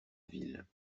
ville